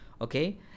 okay